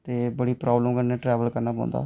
ते बड़ी प्राबलम कन्नै ट्रैवल करना पौंदा